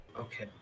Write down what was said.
Okay